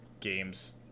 games